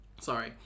sorry